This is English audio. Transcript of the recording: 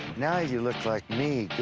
now you look like me,